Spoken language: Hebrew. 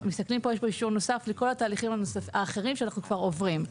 לכל התהליכים האחרים שאנחנו כבר עוברים.